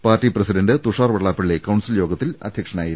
party president Thushar Vellappally council യോഗത്തിൽ അധ്യക്ഷനായിരുന്നു